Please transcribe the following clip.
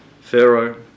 Pharaoh